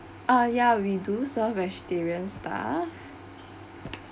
ah ya we do serve vegetarian stuff